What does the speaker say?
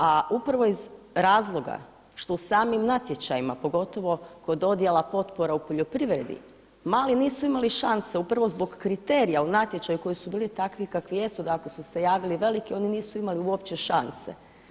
A upravo iz razloga što samim natječajima pogotovo kod dodjela potpora u poljoprivredi mali nisu imali šanse upravo zbog kriterija u natječaju koji su bili takvi kakvi jesu, da ako su se javili veliki oni nisu imali uopće šanse.